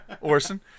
Orson